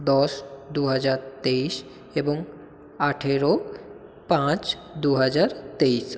দশ দু হাজার তেইশ এবং আঠারো পাঁচ দু হাজার তেইশ